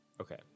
Okay